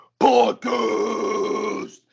Podcast